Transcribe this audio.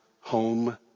home